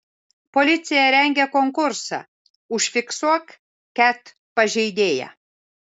policija rengia konkursą užfiksuok ket pažeidėją